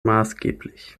maßgeblich